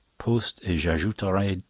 poste et j'ajouterai,